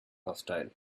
hostile